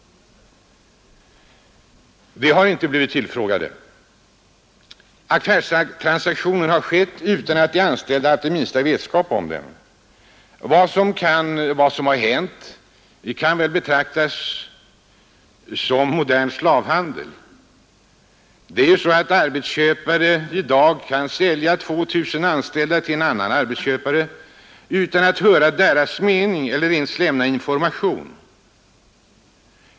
”Vi har inte blivit tillfrågade! ” Affärstransaktionen hade skett utan att de anställda haft den minsta vetskap om den. Vad som har hänt kan väl betraktas som modern slavhandel. Arbetsköpare kan i dag sälja 2 000 anställda till en annan arbetsköpare utan att höra deras mening eller ens lämna information.